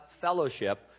fellowship